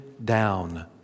Down